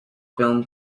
film